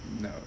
No